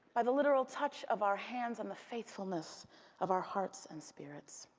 by the literal touch of our hands on the faithfulness of our hearts and spirits.